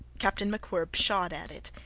captain macwhirr pshawed at it,